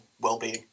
well-being